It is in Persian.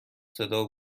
صدا